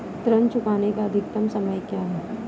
ऋण चुकाने का अधिकतम समय क्या है?